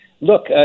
look